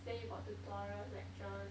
then you got tutorial lectures